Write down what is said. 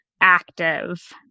active